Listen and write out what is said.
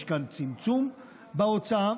יש כאן צמצום בהוצאה,